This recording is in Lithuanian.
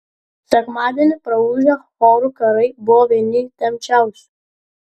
sekmadienį praūžę chorų karai buvo vieni įtempčiausių